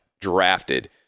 drafted